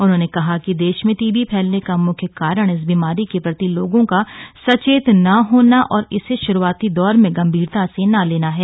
उन्होंने कहा कि देश में टीबी फैलने का म्ख्य कारण इस बीमारी के प्रति लोगों का सचेत न होना और इसे शुरूआती दौर में गंभीरता से न लेना है